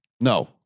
No